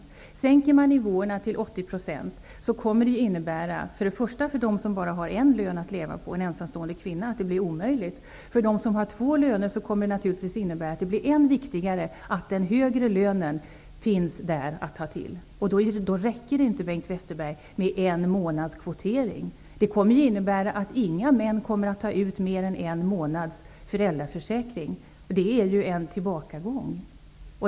Om man sänker nivån till 80 %, kommer situationen att bli omöjlig för dem som har bara en lön att leva på, dvs. ensamstående kvinnor. För dem som har två löner kommer det naturligtvis att bli än viktigare att den högre lönen finns att ta till. Då räcker det inte med kvotering på en månad, Bengt Westerberg. Det kommer att innebära att inga män tar ut mer än en månads föräldraförsäkring, och det är ju en tillbakagång.